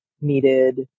needed